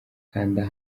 kanda